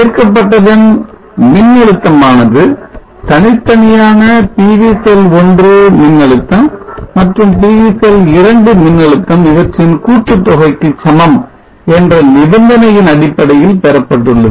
சேர்க்கப்பட்டதன் மின்னழுத்தம் ஆனது தனித்தனியான PV செல் 1 மின்னழுத்தம் மற்றும் PV செல் 2 மின்னழுத்தம் இவற்றின் கூட்டுத் தொகைக்கு சமம் என்ற நிபந்தனையின் அடிப்படையில் பெறப்பட்டுள்ளது